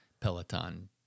Peloton